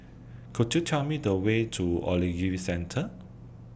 Could YOU Tell Me The Way to Ogilvy Centre